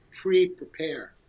pre-prepare